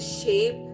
shape